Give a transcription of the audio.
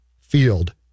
Field